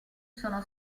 sono